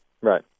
Right